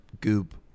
goop